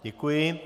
Děkuji.